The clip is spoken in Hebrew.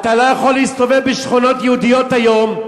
אתה לא יכול להסתובב בשכונות יהודיות היום,